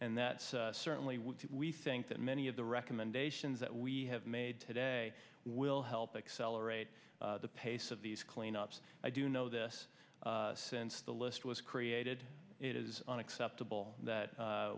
and that certainly we think that many of the recommendations that we have made today will help excel rate the pace of these cleanups i do know this since the list was created it is unacceptable that